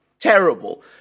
Terrible